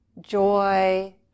joy